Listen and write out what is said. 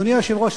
אדוני היושב-ראש,